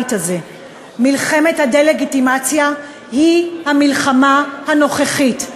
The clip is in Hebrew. מלחמת הדה-לגיטימציה היא המלחמה הנוכחית,